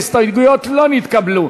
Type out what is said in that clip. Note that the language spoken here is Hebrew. ההסתייגויות לא נתקבלו.